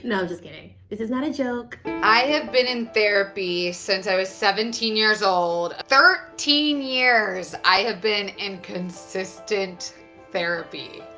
just kidding. this is not a joke. i have been in therapy since i was seventeen years old. thirteen years i have been in consistent therapy.